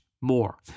more